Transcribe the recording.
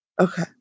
okay